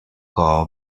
dhá